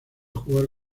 jugar